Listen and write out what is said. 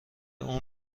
اون